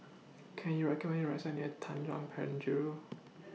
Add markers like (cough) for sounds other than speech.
Can YOU recommend Me A Restaurant near Tanjong Penjuru (noise)